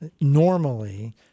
normally